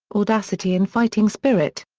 audacity and fighting spirit.